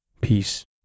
peace